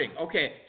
okay